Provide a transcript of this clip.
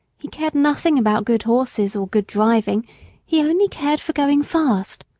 he cared nothing about good horses or good driving he only cared for going fast.